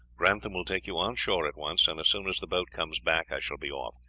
grantham will take you on shore at once, and as soon as the boat comes back i shall be off.